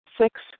Six